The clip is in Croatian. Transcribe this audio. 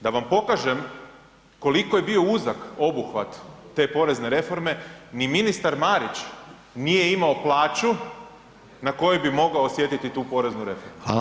Da vam pokažem koliko je bio uzak obuhvat te porezne reforme ni ministar Marić nije imao plaću na kojoj bi mogao osjetiti tu poreznu reformu [[Upadica: Hvala]] to je problem.